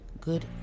good